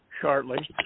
shortly